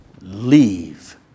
leave